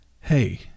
hey